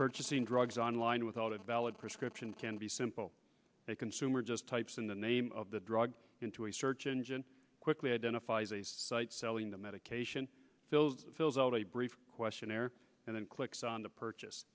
purchasing drugs online without a valid prescription can be simple a consumer just types in the name of the drug into a search engine quickly identifies a site selling the medication fills out a brief questionnaire and then clicks on the purchase